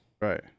Right